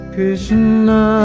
Krishna